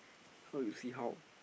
how you see how